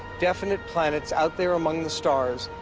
definite planets out there, among the stars,